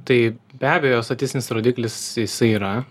tai be abejo statistinis rodiklis jisai yra